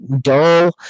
dull